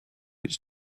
its